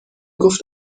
گفت